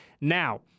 Now